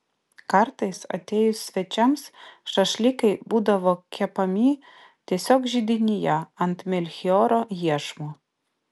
kartais atėjus svečiams šašlykai būdavo kepami tiesiog židinyje ant melchioro iešmų